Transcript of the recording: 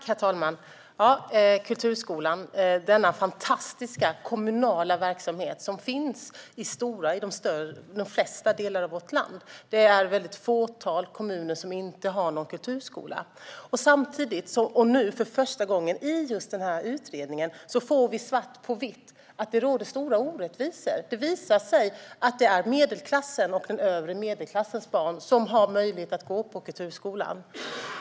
Herr talman! Kulturskolan - denna fantastiska kommunala verksamhet som finns i de flesta delar av vårt land! Det är väl ett fåtal kommuner som inte har någon kulturskola. Nu får vi för första gången, i just den här utredningen, svart på vitt att det råder stora orättvisor. Det visar sig att det är medelklassens och övre medelklassens barn som har möjlighet att gå i kulturskolan.